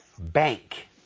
bank